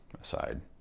aside